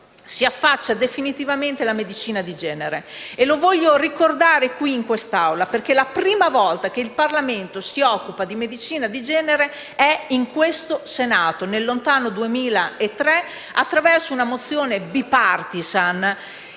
si affaccia definitivamente la medicina di genere. Lo voglio ricordare in questa Aula perché la prima volta che il Parlamento si è occupato di medicina genere è stato in questo Senato, nel lontano 2003, attraverso una mozione *bipartisan*.